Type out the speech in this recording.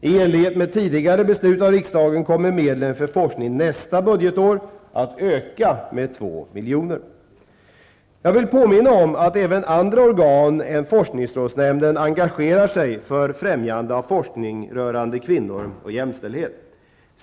I enlighet med tidigare beslut av riksdagen kommer medlen för forskning nästa budgetår att öka med 2 milj. Jag vill påminna om att även andra organ än forskningsrådsnämnden engagerar sig för främjande av forskning rörande kvinnor och jämställdhet.